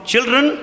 Children